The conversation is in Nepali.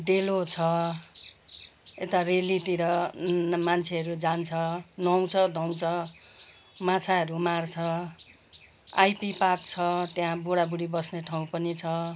डेलो छ यता रेलीतिर मान्छेहरू जान्छ नुहाउँछ धुवाउँछ माछाहरू मार्छ आइपी पार्क छ त्यहाँ बुढाबुढी बस्ने ठाउँ पनि छ